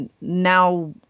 now